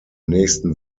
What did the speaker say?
nächsten